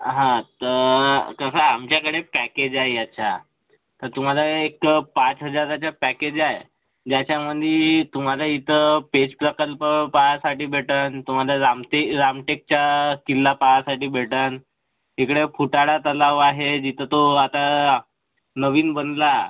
हा तर कसं आहे आमच्याकडे पॅकेज आहे याचा तर तुम्हाला एक पाच हजाराचा पॅकेज आहे ज्याच्यामध्ये तुम्हाला इथं पेंच प्रकल्प पाहायसाठी भेटेल तुम्हाला रामटेक रामटेकचा किल्ला पाहायसाठी भेटेल इकडे फुटाळा तलाव आहे जिथं तो आता नवीन बनला